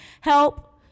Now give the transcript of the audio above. help